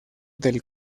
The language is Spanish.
del